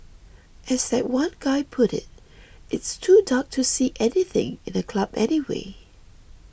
as that one guy put it it's too dark to see anything in a club anyway